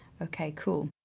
okay, cool.